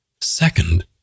Second